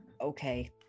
okay